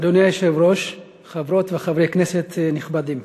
אדוני היושב-ראש, חברות וחברי כנסת נכבדים,